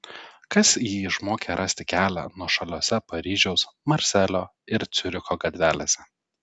kas jį išmokė rasti kelią nuošaliose paryžiaus marselio ir ciuricho gatvelėse